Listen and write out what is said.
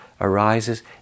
arises